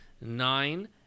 Nine